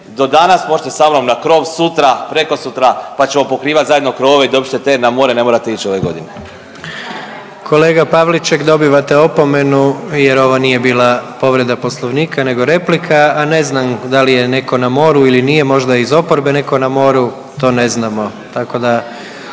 do danas možete sa mnom na krov, sutra prekosutra pa ćemo pokrivat zajedno krovove i dobit ćete ten, na more ne morate ići ove godine. **Jandroković, Gordan (HDZ)** Kolega Pavliček jer ovo nije bila povreda Poslovnika nego replika, a ne znam da li je netko na moru ili nije, možda iz oporbe netko na moru to ne znamo.